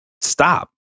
stop